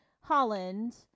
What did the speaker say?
holland